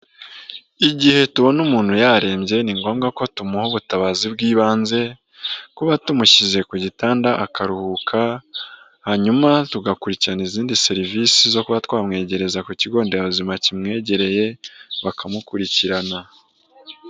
Igihe tubona umuntu yarembye ni ngombwa ko tumuha ubutabazi bw'ibanze, kuba tumushyize ku gitanda akaruhuka, hanyuma tugakurikirana izindi serivisi zo kuba twamwegereza ku kigo nderabuzima kimwegereye bakamukurikirana.